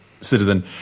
citizen